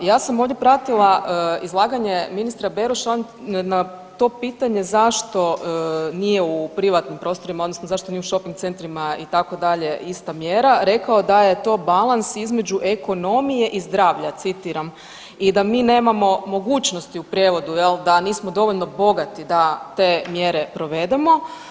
Ja sam ovdje pratila izlaganje ministra Beroša, on na to pitanje zašto nije u privatnim prostorima odnosno zašto nije u šoping centrima itd. ista mjera rekao da je to balans između ekonomije i zdravlja, citiram, i da mi nemamo mogućnosti u prijevodu jel da nismo dovoljno bogati da te mjere provedemo.